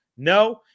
No